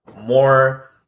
more